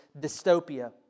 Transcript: dystopia